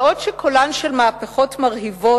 בעוד שקולן של מהפכות מרהיבות,